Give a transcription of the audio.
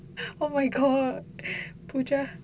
oh my god pooja